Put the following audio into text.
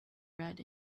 read